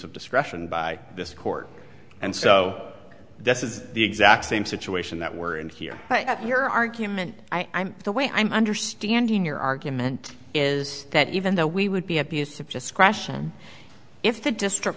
of discretion by this court and so this is the exact same situation that we're in here but your argument i'm the way i'm understanding your argument is that even though we would be abusive just question if the district